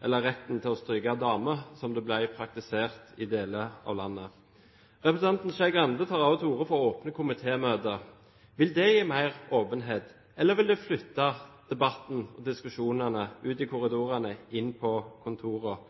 eller retten til å stryke damer, som det ble praktisert i deler av landet. Representanten Skei Grande tar også til orde for åpne komitémøter. Vil det gi mer åpenhet, eller vil det flytte debatten og diskusjonene ut i korridorene, inn på kontorene?